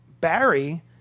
Barry